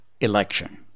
election